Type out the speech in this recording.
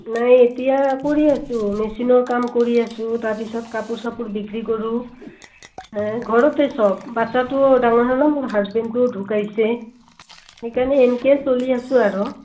নাই এতিয়া কৰি আছোঁ মেচিনৰ কাম কৰি আছোঁ তাৰপিছত কাপোৰ চাপোৰ বিক্ৰী কৰোঁ ঘৰতে চব বাচ্চাটো ডাঙৰ মোৰ হাজবেণ্ডটোও ঢুকাইছে সেইকাৰণে এনকে চলি আছোঁ আৰু